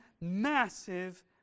massive